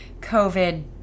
COVID